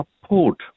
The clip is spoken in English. support